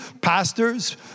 Pastors